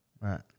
right